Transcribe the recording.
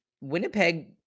Winnipeg